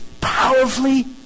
powerfully